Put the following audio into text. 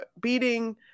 beating